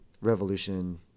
revolution